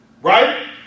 Right